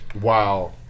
Wow